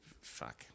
fuck